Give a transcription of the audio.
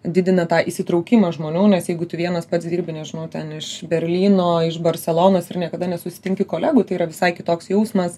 didina tą įsitraukimą žmonių nes jeigu tu vienas pats dirbi nežinau ten iš berlyno iš barselonos ir niekada nesusitinki kolegų tai yra visai kitoks jausmas